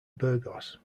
burgos